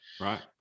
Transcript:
Right